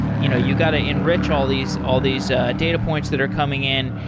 you know you got to enrich all these all these data points that are coming in.